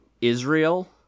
Israel